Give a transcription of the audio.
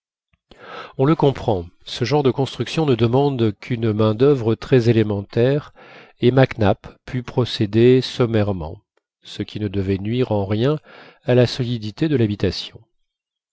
on le comprend ce genre de construction ne demande qu'une maind'oeuvre très élémentaire et mac nap put procéder sommairement ce qui ne devait nuire en rien à la solidité de l'habitation